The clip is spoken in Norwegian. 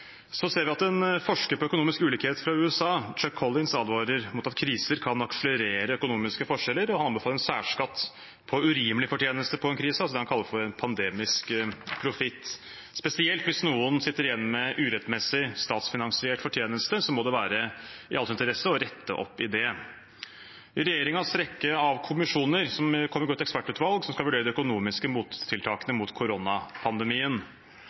Så ser vi at en forsker på økonomisk ulikhet fra USA, Chuck Collins, advarer mot at kriser kan akselerere økonomiske forskjeller, og anbefaler særskatt på urimelig fortjeneste på en krise, det han kaller en pandemisk profitt. Spesielt hvis noen sitter igjen med urettmessig statsfinansiert fortjeneste, må det være i alles interesse å rette opp i det. I regjeringens rekke av kommisjoner kommer det også et ekspertutvalg som skal vurdere de økonomiske mottiltakene mot koronapandemien.